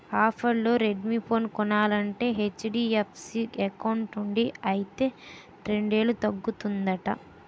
ఆఫర్లో Redmi phone కొనాలంటే HDFC account నుండి అయితే రెండేలు తగ్గుతుందట